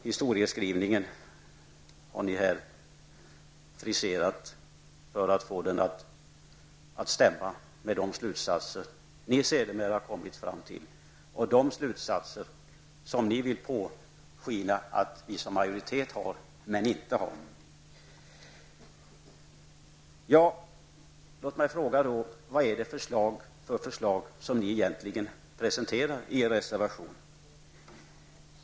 Historieskrivningen har ni friserat för att få att stämma med de slutsatser ni sedermera har kommit fram till. Dessa slutsatser vill ni påskina att majoriteten har dragit, vilket inte är fallet. Låt mig fråga vilket förslag ni egentligen presenterar i er reservation.